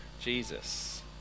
Jesus